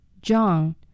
John